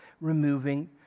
removing